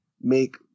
make